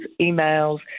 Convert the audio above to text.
emails